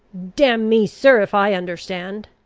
damn me, sir, if i understand